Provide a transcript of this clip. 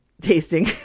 tasting